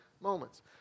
moments